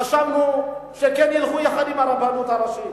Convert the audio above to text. חשבנו שכן ילכו יחד עם הרבנות הראשית.